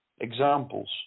examples